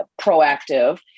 proactive